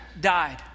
died